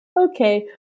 Okay